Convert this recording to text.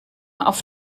auf